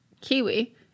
Kiwi